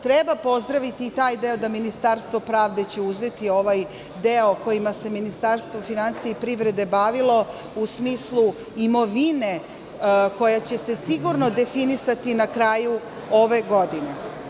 Treba pozdraviti i taj deo da ministarstvo pravde će uzeti ovaj deo kojima se Ministarstvo finansija i privrede bavilo u smislu imovine koja će se sigurno definisati na kraju ove godine.